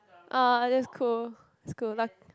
ah that's cool it's cool luck